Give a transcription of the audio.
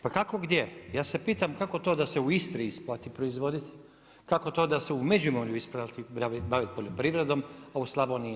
Pa kako gdje, ja se pitam kako to da se u Istri isplati proizvoditi, kako to da se u Međimurju isplati baviti poljoprivredom, a u Slavoniji ne.